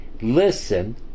listen